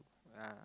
ah